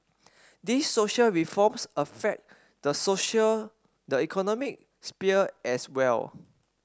these social reforms affect the social the economic sphere as well